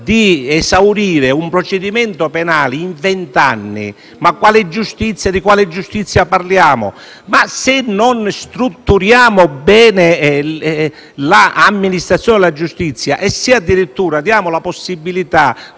di esaurire un procedimento penale in venti anni, ma di quale giustizia parliamo? Se non strutturiamo bene l'amministrazione della giustizia e, addirittura, diamo la possibilità,